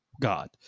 God